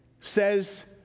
says